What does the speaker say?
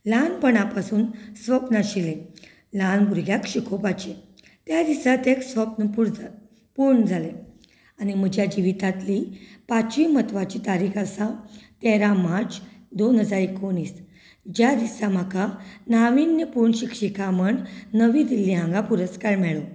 ल्हानपणा पसून सपन आशिल्लें ल्हान भुरग्यांक शिकोवपाचें त्या दिसा तें सपन पूर जालें पूर्ण जालें आनी म्हज्या जिवितांतली पांचवी म्हत्वाची तारीख आसा तेरा मार्च दोन हजार एकुणीस ज्या दिसा म्हाका नाविण्य पूर्ण शिक्षिका म्हणून नवी दिल्ली हांगा पुरस्कार मेळ्ळो